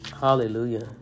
Hallelujah